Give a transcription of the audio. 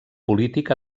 polític